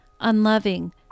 unloving